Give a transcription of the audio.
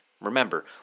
Remember